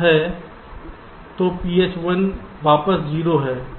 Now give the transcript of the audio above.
है तो phi 1 वापस 0 है